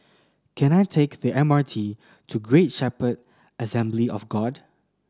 can I take the M R T to Great Shepherd Assembly of God